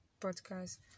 podcast